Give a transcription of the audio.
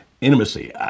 intimacy